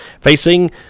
Facing